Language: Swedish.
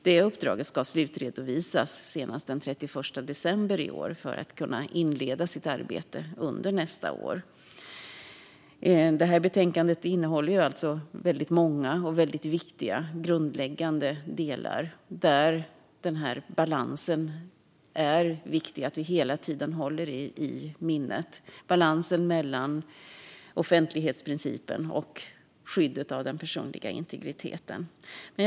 Det uppdraget ska slutredovisas senast den 31 december i år för att myndigheten ska kunna inleda sitt arbete under nästa år. Betänkandet innehåller väldigt många och viktiga grundläggande delar, där balansen mellan offentlighetsprincipen och skyddet av den personliga integriteten är något som vi hela tiden måste hålla i minnet.